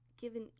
given